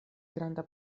granda